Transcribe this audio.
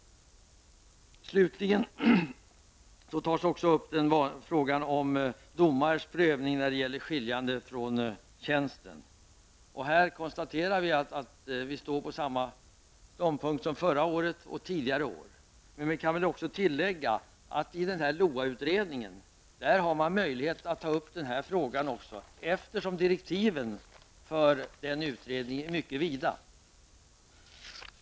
Även frågan om prövningen av domares skiljande från tjänsten tas upp. Vi konstaterar att vi intar samma ståndpunkt som förra året och tidigare år. Men jag kan också tillägga att man i LOA utredningen har möjlighet att ta upp denna fråga, eftersom direktiven för den utredningen är mycket vida. Herr talman!